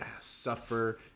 suffer